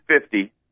fifty